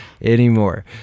anymore